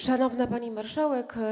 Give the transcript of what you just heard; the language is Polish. Szanowna Pani Marszałek!